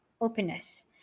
openness